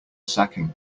sacking